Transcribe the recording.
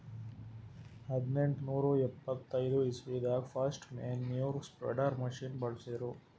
ಹದ್ನೆಂಟನೂರಾ ಎಪ್ಪತೈದ್ ಇಸ್ವಿದಾಗ್ ಫಸ್ಟ್ ಮ್ಯಾನ್ಯೂರ್ ಸ್ಪ್ರೆಡರ್ ಮಷಿನ್ ಬಳ್ಸಿರು